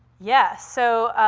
yeah, so,